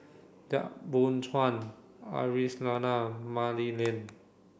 Yap Boon Chuan Aisyah Lyana Mah Li Lian